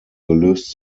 gelöst